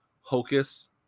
Hocus